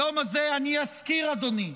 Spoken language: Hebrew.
היום הזה אני אזכיר, אדוני,